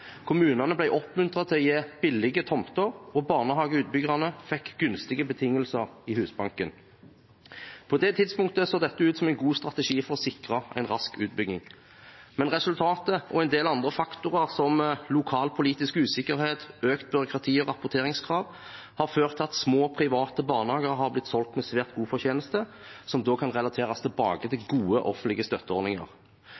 kommunene ble oppmuntret til å gi billige tomter, og barnehageutbyggerne fikk gunstige betingelser i Husbanken. På det tidspunktet så dette ut som en god strategi for å sikre en rask utbygging. Men resultatet og en del andre faktorer, som lokalpolitisk usikkerhet, økt byråkrati og rapporteringskrav, har ført til at små private barnehager har blitt solgt med svært god fortjeneste, som da kan relateres tilbake